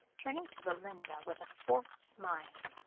turning to belinda, with a forced smile,